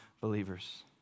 believers